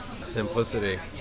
Simplicity